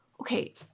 okay